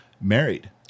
married